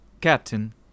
Captain